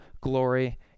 glory